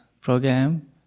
program